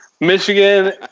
Michigan